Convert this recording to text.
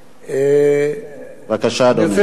בבקשה, אדוני.